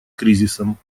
кризисом